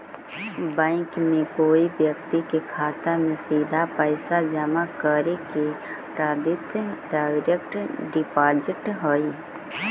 bank में कोई व्यक्ति के खाता में सीधा पैसा जमा करे के पद्धति डायरेक्ट डिपॉजिट हइ